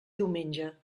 diumenge